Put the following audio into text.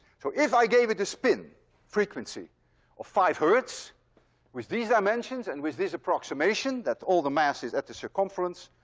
so if i gave it a spin frequency of five hertz with these dimensions and with this approximation that all the mass is at the circumference,